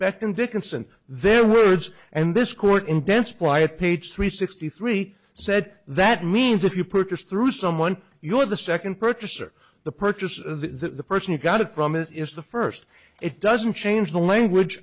second dickinson their words and this court in dense playa page three sixty three said that means if you purchase through someone you are the second purchaser the purchase of the person you got it from it is the first it doesn't change the language